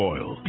Oil